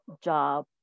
job